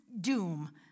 doom